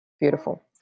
Beautiful